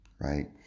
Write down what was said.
Right